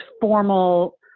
formal